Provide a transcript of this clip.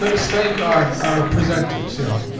let us thank our presenters, y'all.